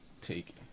take